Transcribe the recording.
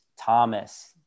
Thomas